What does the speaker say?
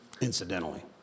incidentally